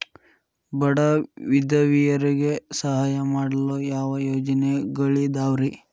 ಬಡ ವಿಧವೆಯರಿಗೆ ಸಹಾಯ ಮಾಡಲು ಯಾವ ಯೋಜನೆಗಳಿದಾವ್ರಿ?